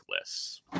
lists